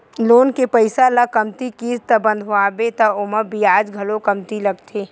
loan के पइसा ल कमती किस्त बंधवाबे त ओमा बियाज घलो कमती लागथे